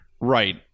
right